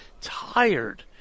tired